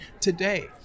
today